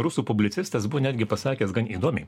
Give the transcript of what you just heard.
rusų publicistas buvo netgi pasakęs gan įdomiai